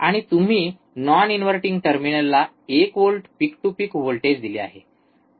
आणि तुम्ही non inverting टर्मिनलला एक volt peak to peak voltage दिले आहे